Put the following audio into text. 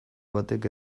batek